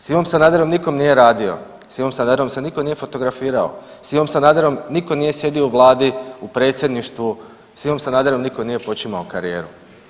S Ivom Sanaderom nitko nije radio, s Ivom Sanaderom se nitko nije fotografirao, s Ivom Sanaderom nitko nije sjedio u Vladi, u Predsjedništvu, s Ivom Sanaderom nitko nije počimao karijeru.